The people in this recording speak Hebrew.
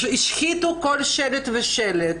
השחיתו כל שלט ושלט